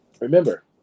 Remember